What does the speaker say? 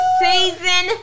season